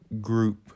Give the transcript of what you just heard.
group